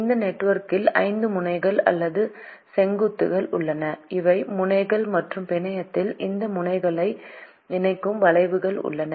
இந்த நெட்வொர்க்கில் 5 முனைகள் அல்லது செங்குத்துகள் உள்ளன இவை முனைகள் மற்றும் பிணையத்தில் இந்த முனைகளை இணைக்கும் வளைவுகள் உள்ளன